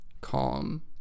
calm